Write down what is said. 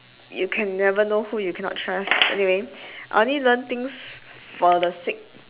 you can never know who you cannot trust anyway I only learn things for the sake